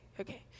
okay